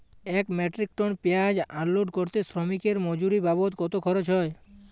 এক metric ton পেঁয়াজ unload করতে শ্রমিকের মজুরি বাবদ কত খরচ হয়?